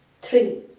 Three